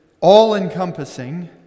all-encompassing